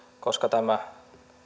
koska tämä